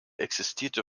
existierte